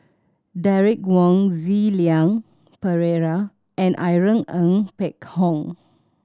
Derek Wong Zi Liang Pereira and Irene Ng Phek Hoong